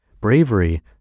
bravery